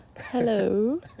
Hello